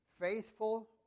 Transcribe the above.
faithful